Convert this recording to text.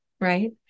right